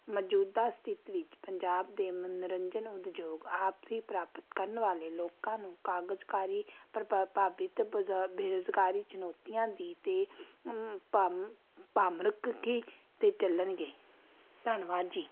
ਮੌਜੂਦਾ ਸਥਿੱਤੀ ਵਿੱਚ ਪੰਜਾਬ ਦੇ ਮਨੋਰੰਜਨ ਉਦਯੋਗ ਆਪਸੀ ਪ੍ਰਾਪਤ ਕਰਨ ਵਾਲੇ ਲੋਕਾਂ ਨੂੰ ਕਾਗਜ਼ਕਾਰੀ ਪ੍ਰ ਪ੍ਰਭਾਵਿਤ ਬਜ਼ ਬੇਰੁਜ਼ਗਾਰੀ ਚੁਣੌਤੀਆਂ ਦੀ ਅਤੇ ਭਾਂਮ 'ਤੇ ਚੱਲਣਗੇ ਧੰਨਵਾਦ ਜੀ